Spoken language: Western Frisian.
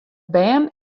bern